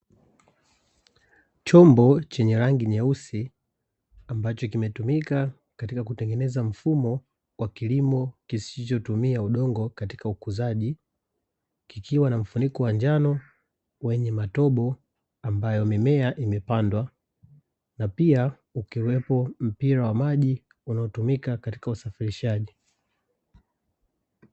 Chombo chenye rangi nyeusi ambacho kimetumika katika kutengeneza mfumo wa kilimo kisichotumia udongo katika ukuzaji, kikiwa na mfuniko wa njano wenye matobo ambayo mimea imepandwa na pia ukiwepo mpira wa maji unaotumika katika usafirishaji.